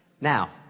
Now